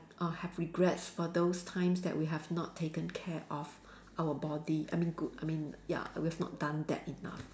uh have regrets for those times that we have not taken care of our body I mean good I mean ya we have not done that enough